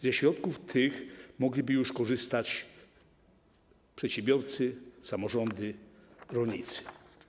Ze środków tych mogliby już korzystać przedsiębiorcy, samorządy, rolnicy.